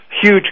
huge